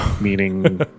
meaning